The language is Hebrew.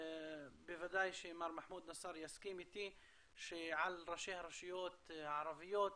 בוודאי שמר מחמוד נסאר יסכים איתי שעל ראשי הרשויות הערביות